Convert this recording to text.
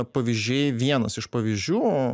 pavyzdžiai vienas iš pavyzdžių